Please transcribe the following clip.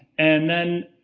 and then, you